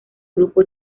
grupo